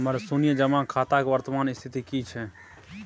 हमर शुन्य जमा खाता के वर्तमान स्थिति की छै?